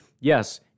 yes